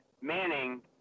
Manning